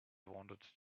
wanted